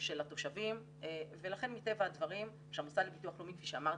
של התושבים ולכן מטבע הדברים שהמוסד לביטוח לאומי כפי שאמרתי,